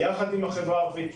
יחד עם החברה הערבית,